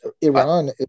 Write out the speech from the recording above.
Iran